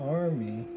army